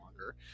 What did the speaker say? longer